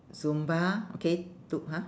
zumba okay two !huh!